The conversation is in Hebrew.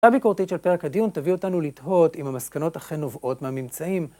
הבקורתית של פרק הדיון תביא אותנו לתהות אם המסקנות אכן נובעות מהממצאים.